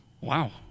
wow